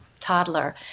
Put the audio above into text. toddler